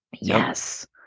Yes